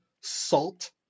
SALT